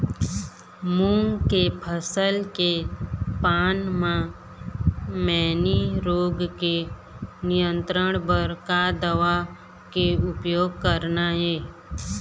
मूंग के फसल के पान म मैनी रोग के नियंत्रण बर का दवा के उपयोग करना ये?